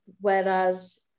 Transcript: whereas